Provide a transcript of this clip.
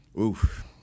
Oof